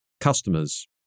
customers